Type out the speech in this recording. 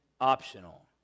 optional